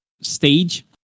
stage